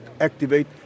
activate